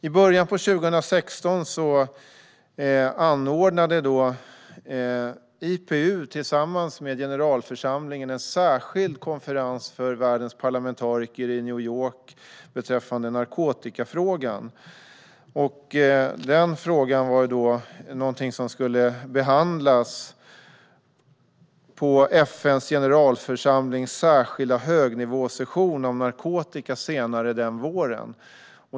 I början av 2016 anordnade IPU tillsammans med generalförsamlingen en särskild konferens för världens parlamentariker i New York om narkotikafrågan. Den frågan skulle behandlas på FN:s generalförsamlings särskilda högnivåsession om narkotika senare den våren.